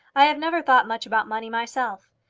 i have never thought much about money myself.